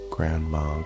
Grandma